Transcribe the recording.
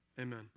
Amen